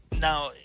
Now